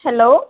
hello